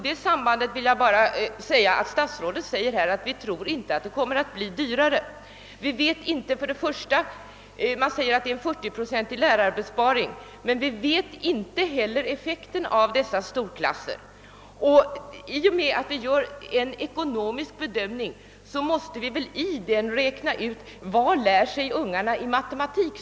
Statsrådet Palme säger att han inte tror att systemet kommer att bli dyrare; vi kommer t.ex. att göra en 40-procentig lärarbesparing. Men vi vet ju inte effekten av undervisningen i dessa storklasser. Och i och med att vi gör en ekonomisk bedömning måste vi väl samtidigt ta hänsyn till vad eleverna lär sig i ämnet matematik.